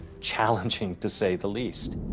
challenging to say the least.